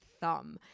thumb